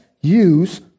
use